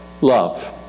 love